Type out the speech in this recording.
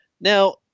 Now